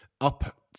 up